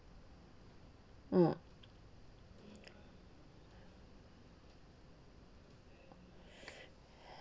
mm